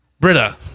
Britta